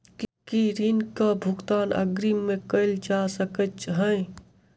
की ऋण कऽ भुगतान अग्रिम मे कैल जा सकै हय?